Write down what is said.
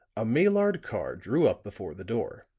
a maillard car drew up before the door.